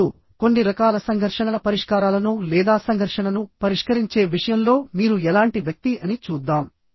ఇప్పుడు కొన్ని రకాల సంఘర్షణల పరిష్కారాలను లేదా సంఘర్షణను పరిష్కరించే విషయంలో మీరు ఎలాంటి వ్యక్తి అని చూద్దాం